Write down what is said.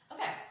Okay